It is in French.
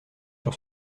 sur